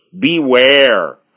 Beware